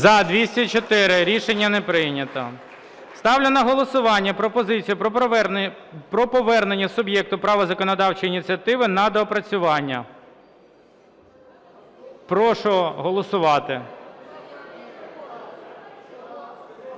За-204 Рішення не прийнято. Ставлю на голосування пропозицію про повернення суб'єкту права законодавчої ініціативи на доопрацювання. Прошу голосувати.